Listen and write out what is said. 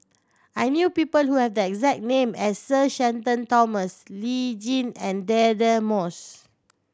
I know people who have the exact name as Sir Shenton Thomas Lee Tjin and Deirdre Moss